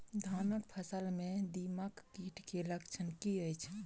धानक फसल मे दीमक कीट केँ लक्षण की अछि?